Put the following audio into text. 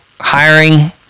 hiring